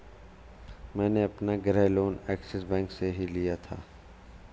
मैंने अपना गृह लोन ऐक्सिस बैंक से ही लिया था